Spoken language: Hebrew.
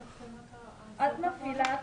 נקודה אחרונה, ובזה אני אסיים.